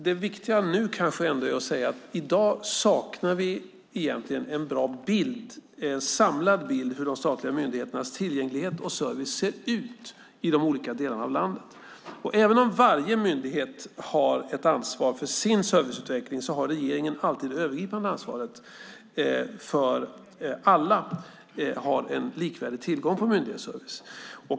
Det viktiga nu kanske ändå är att säga att vi i dag egentligen saknar en bra samlad bild av hur de statliga myndigheternas tillgänglighet och service ser ut i de olika delarna av landet. Även om varje myndighet har ansvar för sin serviceutveckling har regeringen alltid det övergripande ansvaret för alla ska ha en likvärdig tillgång till myndighetsservice.